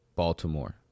Baltimore